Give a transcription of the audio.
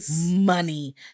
money